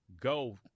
go